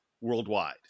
worldwide